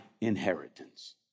inheritance